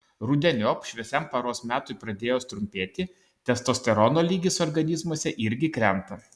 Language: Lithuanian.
rudeniop šviesiam paros metui pradėjus trumpėti testosterono lygis organizmuose irgi krenta